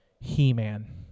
He-Man